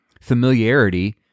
familiarity